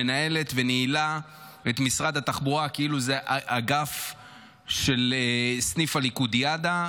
שמנהלת וניהלה את משרד התחבורה כאילו זה אגף של סניף הליכודיאדה,